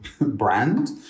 brand